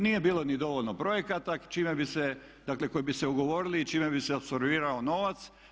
Nije bilo ni dovoljno projekata čime bi se, dakle koji bi se ugovorili i čime bi se apsorbirao novac.